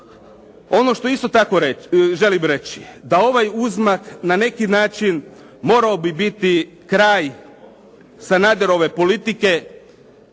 Ono što isto tako želim reći da ovaj uzmak na neki način morao bi biti kraj Sanaderove politike